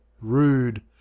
rude